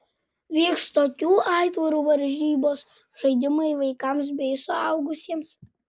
vyks tokių aitvarų varžybos žaidimai vaikams bei suaugusiems